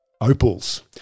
Opals